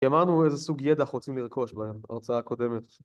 אמרנו איזה סוג ידע אנחנו רוצים לרכוש בהרצאה הקודמת